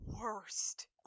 worst